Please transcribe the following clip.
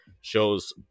shows